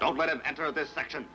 don't let him enter this section